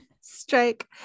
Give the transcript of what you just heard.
Strike